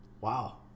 Wow